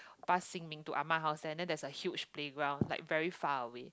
past Xin-min to Ah-Ma house there then there's a huge playground like very far away